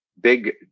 big